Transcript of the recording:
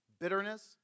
Bitterness